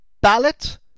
ballot